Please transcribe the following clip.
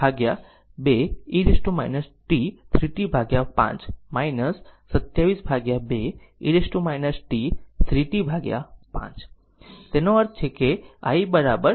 5 92 e t 3 t5 272 e t 3 t5 તેનો અર્થ i 0